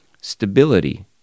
stability